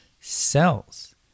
cells